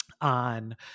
on